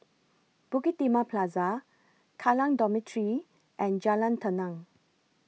Bukit Timah Plaza Kallang Dormitory and Jalan Tenang